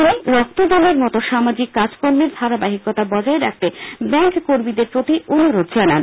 তিনি রক্তদানের মতো সামাজিক কাজকর্মের ধারাবাহিকতা বজায় রাখতে ব্যাঙ্ক কর্মীদের প্রতি অনুরোধ জানান